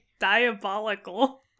diabolical